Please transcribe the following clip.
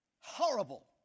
Horrible